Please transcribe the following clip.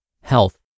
health